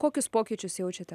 kokius pokyčius jaučiate